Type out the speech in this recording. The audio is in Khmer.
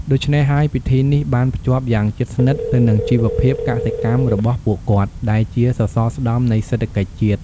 ដូច្នេះហើយ ពិធីនេះបានភ្ជាប់យ៉ាងជិតស្និទ្ធទៅនឹងជីវភាពកសិកម្មរបស់ពួកគាត់ ដែលជាសសរស្តម្ភនៃសេដ្ឋកិច្ចជាតិ។